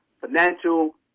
financial